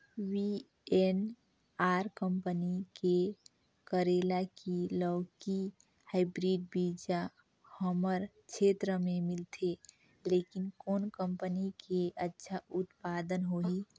VNR company के करेला की लौकी हाईब्रिड बीजा हमर क्षेत्र मे मिलथे, लेकिन कौन कंपनी के अच्छा उत्पादन होही?